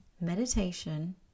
meditation